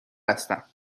هستم